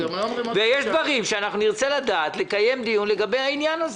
ויש דברים שאנחנו נרצה לדעת, לקיים לגביהם דיון.